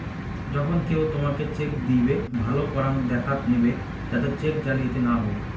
যখন কেও তোমকে চেক দিইবে, ভালো করাং দেখাত নিবে যাতে চেক জালিয়াতি না হউ